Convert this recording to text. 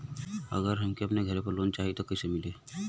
अगर हमके अपने घर पर लोंन चाहीत कईसे मिली?